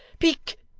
peak,